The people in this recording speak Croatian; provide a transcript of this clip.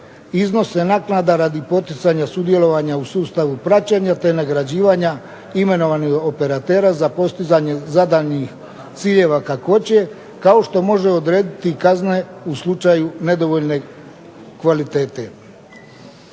iznose naknada radi poticanja sudjelovanja u sustavu praćenja, te nagrađivanja imenovanih operatera za postizanje zadanih ciljeva kakvoće kao što može odrediti kazne u slučaju nedovoljne kvalitete.